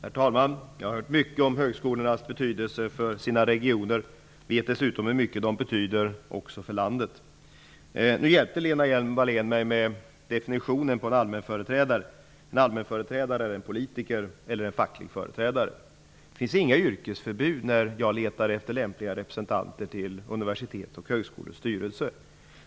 Fru talman! Jag har hört mycket om högskolornas betydelse för regionerna. Jag vet dessutom hur mycket de betyder för landet i dess helhet. Lena Hjelm-Wallén hjälpte mig nu med definitionen av en allmänföreträdare. En allmänföreträdare är en politiker eller en facklig företrädare. Det finns inga yrkesförbud när jag letar efter lämpliga representanter till universitetens och högskolornas styrelser.